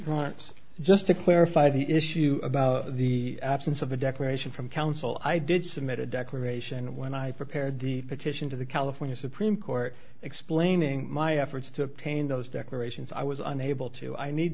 on just to clarify the issue about the absence of a declaration from counsel i did submit a declaration when i prepared the petition to the california supreme court explaining my efforts to pain those declarations i was unable to i need